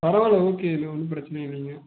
பரவாயில்லை ஓகே இது ஒன்றும் பிரச்சின இல்லைங்க